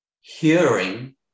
hearing